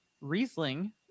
Riesling